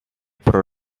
про